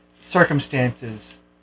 circumstances